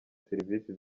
serivisi